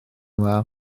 dda